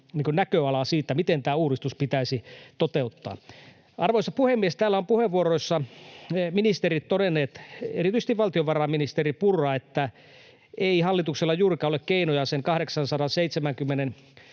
näköalaa siitä, miten tämä uudistus pitäisi toteuttaa. Arvoisa puhemies! Täällä ovat puheenvuoroissa ministerit todenneet, erityisesti valtiovarainministeri Purra, että ei hallituksella juurikaan ole keinoja sen 874